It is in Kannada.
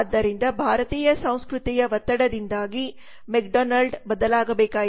ಆದ್ದರಿಂದ ಭಾರತೀಯ ಸಂಸ್ಕೃತಿಯ ಒತ್ತಡದಿಂದಾಗಿ ಮೆಕ್ಡೊನಾಲ್ಡ್ ಬದಲಾಗಬೇಕಾಯಿತು